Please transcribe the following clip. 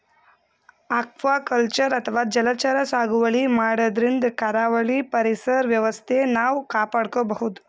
aquaculture ಅಥವಾ ಜಲಚರ ಸಾಗುವಳಿ ಮಾಡದ್ರಿನ್ದ ಕರಾವಳಿ ಪರಿಸರ್ ವ್ಯವಸ್ಥೆ ನಾವ್ ಕಾಪಾಡ್ಕೊಬಹುದ್